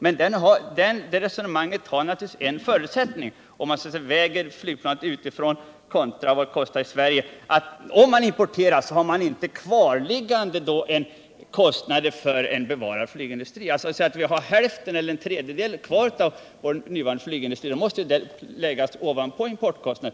Men det resonemanget har en förutsättning: Om man importerar får man i så fall inte ha några kvarliggande kostnader för en svensk flygindustri. Anta att vi har hälften eller en tredjedel kvar av vår nuvarande flygindustri. Då måste kostnaden för den läggas ovanpå importkostnaden.